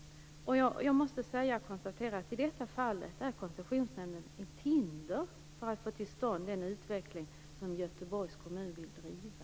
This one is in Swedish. I detta fall är Koncessionsnämnden ett hinder för att man skall få till stånd den utveckling som Göteborgs kommun vill ha.